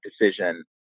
decision